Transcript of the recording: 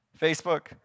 Facebook